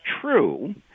true